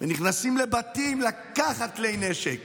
ונכנסים לבתים לקחת כלי נשק